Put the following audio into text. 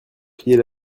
prier